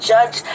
Judge